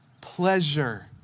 pleasure